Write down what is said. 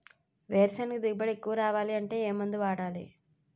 వేరుసెనగ దిగుబడి ఎక్కువ రావాలి అంటే ఏ మందు వాడాలి?